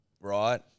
right